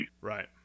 Right